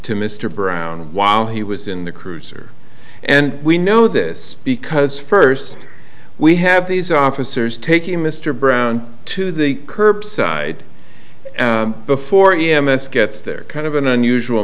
to mr brown while he was in the cruiser and we know this because first we have these officers taking mr brown to the curbside before he m s gets there kind of an unusual